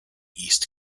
east